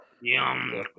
yum